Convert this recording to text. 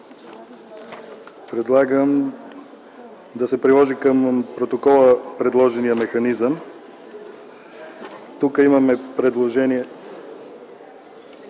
(предлагам да се приложи към протокола предложеният механизъм). Има направено предложение